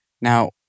Now